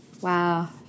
Wow